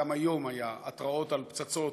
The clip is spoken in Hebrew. גם היום היו התרעות על פצצות